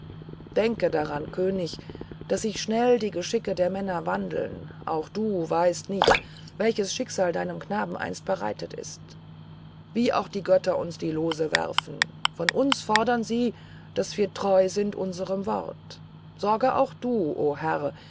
denke daran könig daß sich schnell die geschicke der männer wandeln auch du weißt nicht welches schicksal deinem knaben einst bereitet ist wie auch die götter uns die lose werfen von uns fordern sie daß wir treu sind unserem wort sorge auch du o